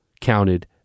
counted